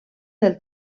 del